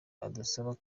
adusaba